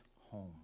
home